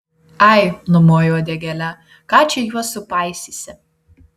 ai numoju uodegėle ką čia juos supaisysi